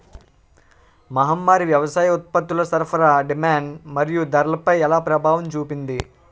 మహమ్మారి వ్యవసాయ ఉత్పత్తుల సరఫరా డిమాండ్ మరియు ధరలపై ఎలా ప్రభావం చూపింది?